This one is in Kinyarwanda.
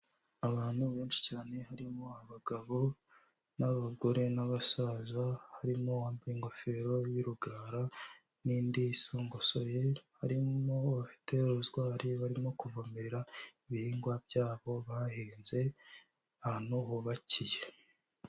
Abantu benshi cyane harimo abagabo n'abagore n'abasaza, harimo uwambaye ingofero y'urugara n'indi isongosoye, harimo abafite rozwari barimo kuvomerera ibihingwa byabo bahinze ahantu hubakiye.